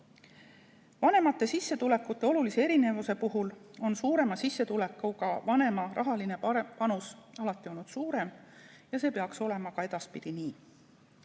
Vanemate sissetulekute olulise erinevuse puhul on suurema sissetulekuga vanema rahaline panus alati olnud suurem ja see peaks nii olema ka edaspidi.